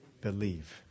believe